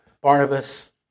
Barnabas